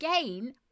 again